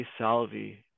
Salvi